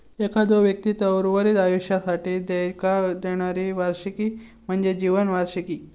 एखाद्यो व्यक्तीचा उर्वरित आयुष्यासाठी देयका देणारी वार्षिकी म्हणजे जीवन वार्षिकी